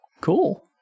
cool